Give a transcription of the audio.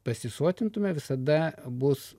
pasisotintume visada bus